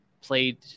played